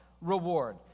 reward